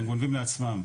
הם גונבים לעצמם,